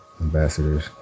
ambassadors